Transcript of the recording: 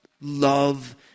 love